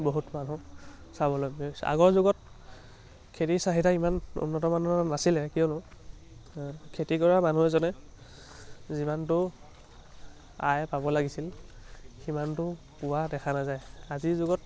বহুত মানুহ স্বাৱলম্বী হৈছে আগৰ যুগত খেতিৰ চাহিদা ইমান উন্নত মানৰ নাছিলে কিয়নো খেতি কৰা মানুহ এজনে যিমানটো আয় পাব লাগিছিল সিমানটো পোৱা দেখা নাযায় আজিৰ যুগত